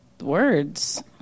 words